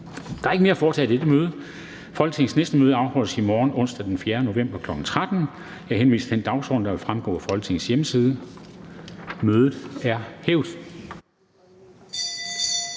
Der er ikke mere at foretage i dette møde. Folketingets næste møde afholdes i morgen, onsdag den 4. november 2020, kl. 13.00. Jeg henviser til den dagsorden, der vil fremgå af Folketingets hjemmeside. Mødet er hævet.